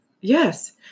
Yes